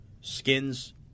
Skins